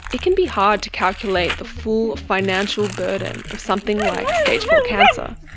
it can be hard to calculate the full financial burden of something like stage four cancer.